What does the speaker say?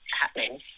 happening